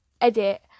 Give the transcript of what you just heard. edit